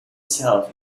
south